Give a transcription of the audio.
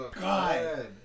God